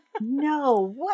No